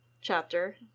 chapter